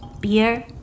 beer